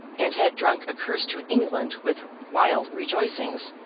and had drunk a curse to england with wild rejoicings,